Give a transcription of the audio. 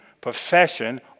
profession